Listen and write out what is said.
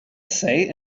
say